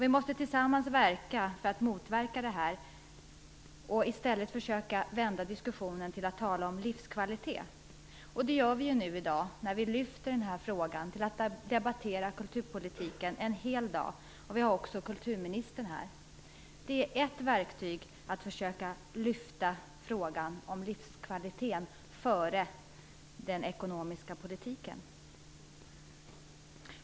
Vi måste tillsammans arbeta för att motverka detta och i stället försöka vända diskussionen till att tala om livskvalitet. Det gör vi i dag genom att vi lyfter frågan och debatterar kulturpolitiken en hel dag. Vi har också kulturministern här. Detta är också ett verktyg för att sätta frågan om livskvalitet före den ekonomiska politiken.